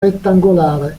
rettangolare